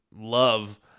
love